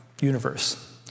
universe